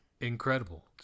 Incredible